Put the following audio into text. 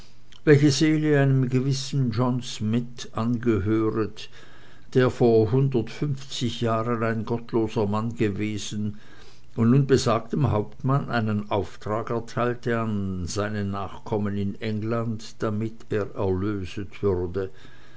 welche seele einem gewissen john smidt angehöret der vor hundertundfünfzig jahren ein gottloser mann gewesen und nun besagtem hauptmann einen auftrag erteilte an seine nachkommen in england damit er erlöst würde